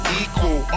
equal